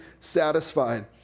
satisfied